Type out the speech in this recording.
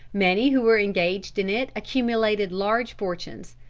many who were engaged in it accumulated large fortunes.